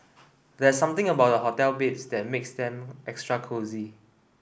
there's something about hotel beds that makes them extra cosy